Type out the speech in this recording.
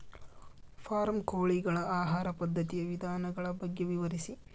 Form ಕೋಳಿಗಳ ಆಹಾರ ಪದ್ಧತಿಯ ವಿಧಾನಗಳ ಬಗ್ಗೆ ವಿವರಿಸಿ?